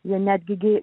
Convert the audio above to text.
jie netgi